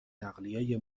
نقلیه